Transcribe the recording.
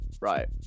right